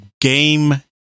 Game